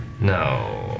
No